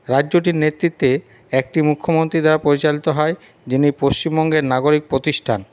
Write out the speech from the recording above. রাজ্যটির নেতৃত্বে একটি মুখ্যমন্ত্রী দল পরিচালিত হয় যিনি পশ্চিমবঙ্গের নাগরিক প্রতিষ্ঠান